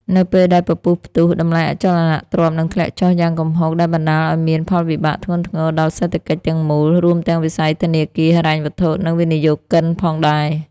នៅពេលដែលពពុះផ្ទុះ តម្លៃអចលនទ្រព្យនឹងធ្លាក់ចុះយ៉ាងគំហុក ដែលបណ្ដាលឲ្យមានផលវិបាកធ្ងន់ធ្ងរដល់សេដ្ឋកិច្ចទាំងមូល រួមទាំងវិស័យធនាគារ ហិរញ្ញវត្ថុ និងវិនិយោគិនផងដែរ។